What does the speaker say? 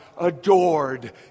adored